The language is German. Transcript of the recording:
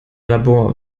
labor